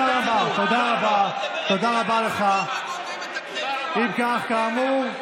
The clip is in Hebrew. שמתיימרים להיות נאורים,